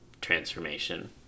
transformation